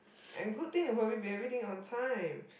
and good thing will probably be every thing on time